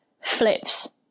flips